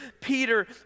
Peter